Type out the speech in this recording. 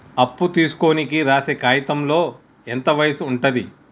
అప్పు తీసుకోనికి రాసే కాయితంలో ఎంత వయసు ఉంటది?